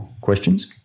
questions